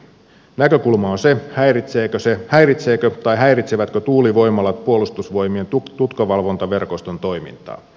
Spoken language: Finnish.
näkökulma on se häiritsevätkö tuulivoimalat puolustusvoimien tutkavalvontaverkoston toimintaa